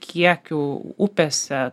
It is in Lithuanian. kiekiu upėse